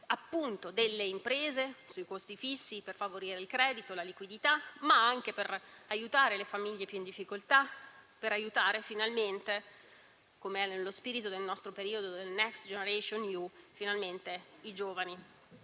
delle imprese, sui costi fissi, per favorire il credito e la liquidità, ma anche per aiutare le famiglie più in difficoltà, per aiutare finalmente, come è nello spirito di questo nostro periodo e del Next generation EU, i giovani.